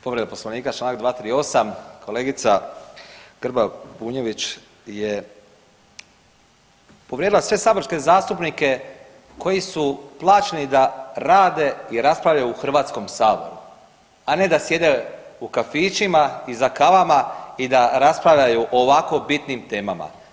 Povreda Poslovnika čl. 238, kolegica Grba Bunjević je povrijedila sve saborske zastupnike koji su plaćeni da rade i raspravljaju u HS-u, a ne da sjede u kafićima i za kavama i da raspravljaju o ovako bitnim temama.